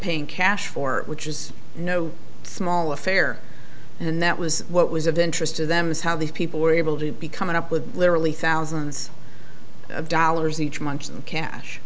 paying cash for which is no small affair and that was what was of interest to them is how these people were able to be coming up with literally thousands of dollars each month